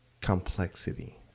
complexity